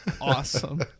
awesome